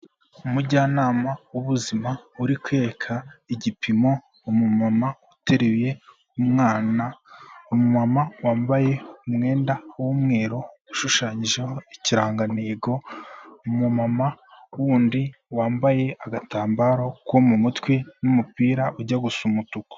Umujyanama w'ubuzima uri kwereka igipimo umumama uteruye umwana, umumama wambaye umwenda w'umweru ushushanyijeho ikirangantego, umumama wundi wambaye agatambaro ko mu mutwe n'umupira ujya gusa umutuku.